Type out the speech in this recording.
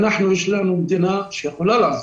יש לנו מדינה שיכולה לעזור,